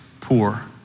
poor